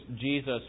Jesus